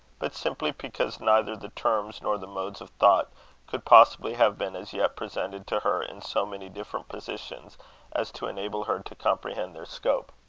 but simply because neither the terms nor the modes of thought could possibly have been as yet presented to her in so many different positions as to enable her to comprehend their scope.